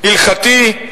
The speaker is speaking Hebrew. הלכתי,